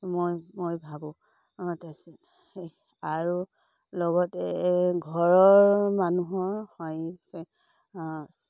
মই ভাবোঁ আৰু লগতে ঘৰৰ মানুহৰ হয়